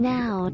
Now